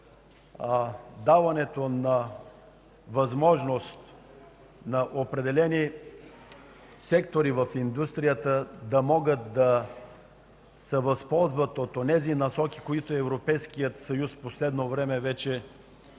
даването на възможност на определени сектори в индустрията да могат да се възползват от онези насоки, които Европейският съюз дава в последно време, вече